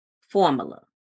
formula